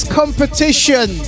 competition